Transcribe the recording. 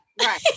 right